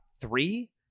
three